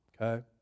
Okay